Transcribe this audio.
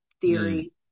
theory